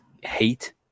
hate